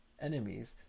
enemies